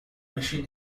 machine